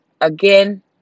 Again